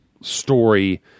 story